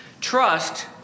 Trust